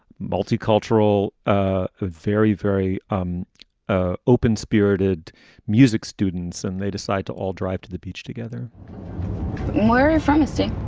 multicultural, ah very, very um ah open spirited music students. and they decide to all drive to the beach together more promising